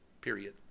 Period